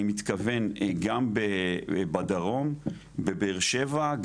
אני מתכוון גם בדרום בבאר שבע,